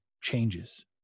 changes